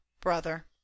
brother